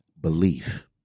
belief